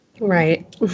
right